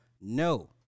no